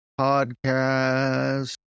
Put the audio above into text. podcast